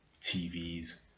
tvs